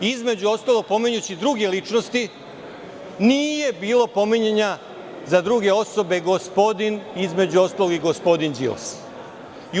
Između ostalog, pominjući druge ličnosti, nije bilo pominjanja za druge osobe, između ostalog i gospodin Đilas.